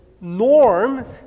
norm